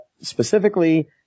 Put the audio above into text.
Specifically